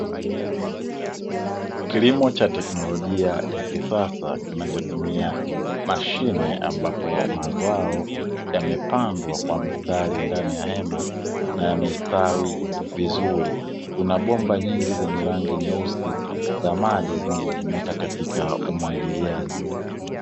Kilimo cha teknolojia ya kisasa, kinachotumia mashine, ambapo mazao yamepandwa kwa mstari, ndani ya hema na yamestawi vizuri, kuna bomba nyingi zenye rangi nyeusi za maji zinazotumika katika umwagiliaji.